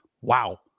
Wow